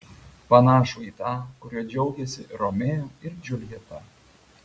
panašų į tą kuriuo džiaugėsi romeo ir džiuljeta